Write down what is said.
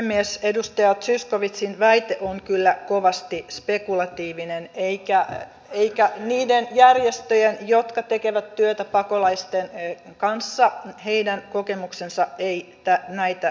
edustaja zyskowiczin väite on kyllä kovasti spekulatiivinen eivätkä niiden järjestöjen jotka tekevät työtä pakolaisten kanssa kokemukset näitä väitteitä tue